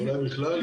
אולי בכלל,